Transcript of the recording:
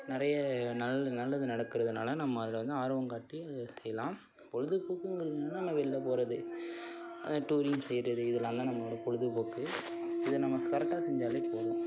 நிறைய நல் நல்லது நடக்குறதுனால் நம்ம அதை வந்து ஆர்வம் காட்டி செய்யலாம் பொழுதுபோக்குங்குறதுன்னால் நம்ம வெளியில் போகிறது அந்த டூரிங் செய்கிறது இதெல்லாம் தான் நம்மளோடய பொழுதுபோக்கு இதை நம்ம கரெக்டாக செஞ்சாலே போதும்